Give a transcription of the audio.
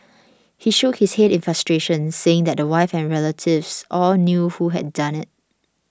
he shook his head in frustration saying that the wife and relatives all knew who had done it